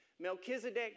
Melchizedek